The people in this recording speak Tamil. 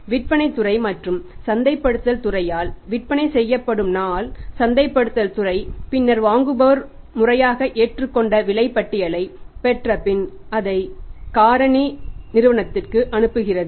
விற்பனைத் துறை மற்றும் சந்தைப்படுத்தல் துறையால் விற்பனை செய்யப்படும் நாள் சந்தைப்படுத்தல் துறை பின்னர் வாங்குபவர் முறையாக ஏற்றுக்கொண்ட விலைப்பட்டியலைப் பெற்றபின் அதை காரணி நிறுவனத்திற்கு அனுப்புகிறது